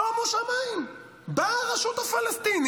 שומו שמיים, באה הרשות הפלסטינית,